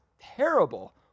terrible